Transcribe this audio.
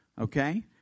Okay